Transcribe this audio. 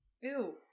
Ew